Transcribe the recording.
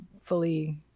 fully